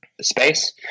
space